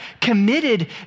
committed